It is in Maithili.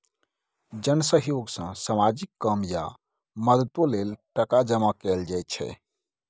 जन सहयोग सँ सामाजिक काम या मदतो लेल टका जमा कएल जाइ छै